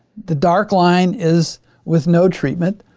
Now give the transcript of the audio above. the dark line is with no treatment.